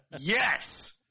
Yes